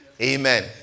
Amen